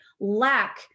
lack